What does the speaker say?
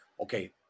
okay